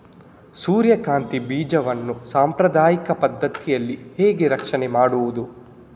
ಸೂರ್ಯಕಾಂತಿ ಬೀಜವನ್ನ ಸಾಂಪ್ರದಾಯಿಕ ಪದ್ಧತಿಯಲ್ಲಿ ಹೇಗೆ ರಕ್ಷಣೆ ಮಾಡುವುದು